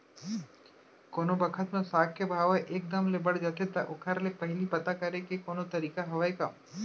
कोनो बखत म साग के भाव ह एक दम ले बढ़ जाथे त ओखर ले पहिली पता करे के कोनो तरीका हवय का?